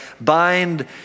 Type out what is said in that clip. bind